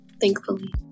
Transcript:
Thankfully